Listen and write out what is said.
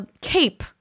cape